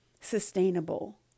sustainable